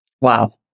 Wow